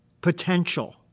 potential